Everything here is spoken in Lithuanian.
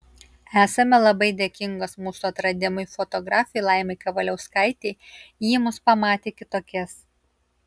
esame labai dėkingos mūsų atradimui fotografei laimai kavaliauskaitei ji mus pamatė kitokias